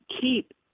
keep